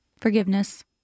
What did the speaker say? Forgiveness